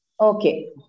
okay